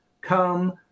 come